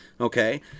Okay